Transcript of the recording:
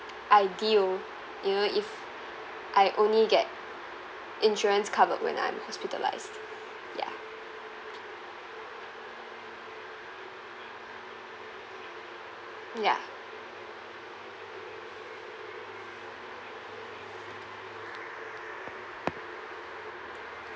ideal even if I only get insurance covered when I'm hospitalised ya ya